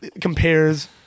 compares